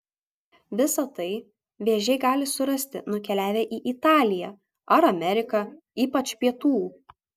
visa tai vėžiai gali surasti nukeliavę į italiją ar ameriką ypač pietų